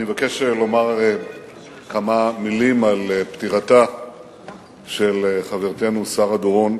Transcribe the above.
אני מבקש לומר כמה מלים על פטירתה של חברתנו שרה דורון,